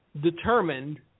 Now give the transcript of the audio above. determined